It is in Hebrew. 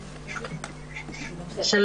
ונרצחות.